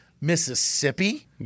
Mississippi